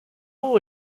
will